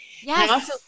yes